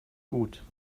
gut